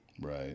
right